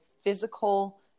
physical